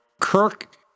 Kirk